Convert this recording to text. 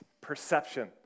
perception